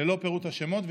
ללא פירוט השמות,